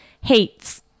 Hates